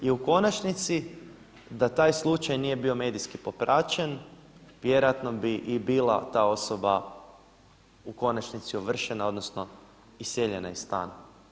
I u konačnici da taj slučaj nije bio medijski popraćen, vjerojatno bi i bila ta osoba u konačnici ovršena, odnosno iseljena iz stana.